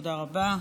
תודה רבה.